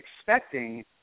expecting